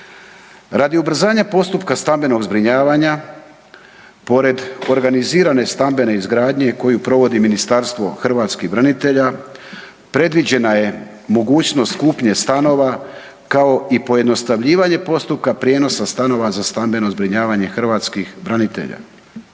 Radi ubrzanja postupka stambenog zbrinjavanja, pored organizirane stambene izgradnje koju provodi Ministarstvo hrvatskih branitelja, predviđena je mogućnost kupnje stanova kao i pojednostavljivanje postupka prijenosa stanova za stambeno zbrinjavanje hrvatskih branitelja.